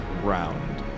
round